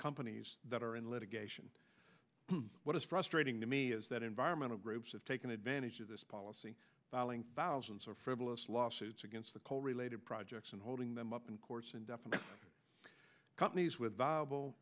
companies that are in litigation what is frustrating to me is that environmental groups have taken advantage of this policy by allowing thousands of frivolous lawsuits against the coal related projects and holding them up in courts indefinitely companies with viable